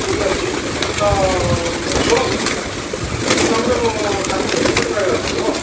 ଠିକ୍ ଅଛି ତ ଶୁଣନ୍ତୁ ଅତିକମ୍ରେ ମୁଁ ସାତ ଦିନ ଖଣ୍ଡ ରହିବାକୁ ପଡ଼ିବ